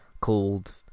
called